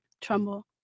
Trumbull